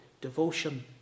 devotion